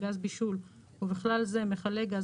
גז בישול ובכלל זה מכלי גז,